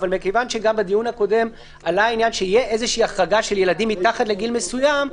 אבל מכיוון שגם בדיון הקודם עלה העניין של החרגת ילדים מתחת לגיל מסוים,